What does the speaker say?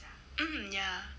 hmm ya